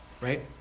Right